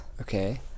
Okay